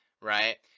right